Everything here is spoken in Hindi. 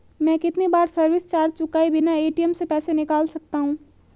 मैं कितनी बार सर्विस चार्ज चुकाए बिना ए.टी.एम से पैसे निकाल सकता हूं?